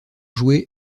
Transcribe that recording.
joué